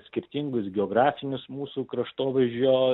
skirtingus geografinius mūsų kraštovaizdžio